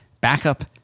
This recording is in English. Backup